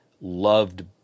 loved